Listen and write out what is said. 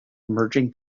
merging